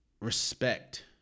respect